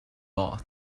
bought